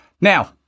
now